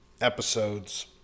episodes